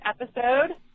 episode